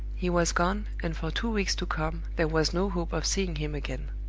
he was gone, and for two weeks to come there was no hope of seeing him again.